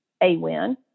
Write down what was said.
AWIN